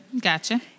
Gotcha